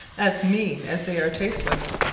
as mean as they are tasteless.